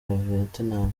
vietnam